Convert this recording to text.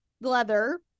Leather